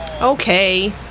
Okay